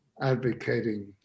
advocating